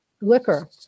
liquor